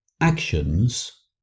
actions